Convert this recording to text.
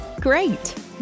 Great